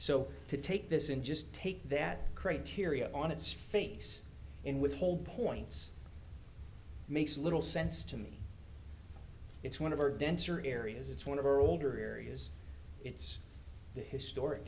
so to take this in just take that criteria on its face in withhold points makes little sense to me it's one of our denser areas it's one of our older areas it's the historic